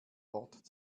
wort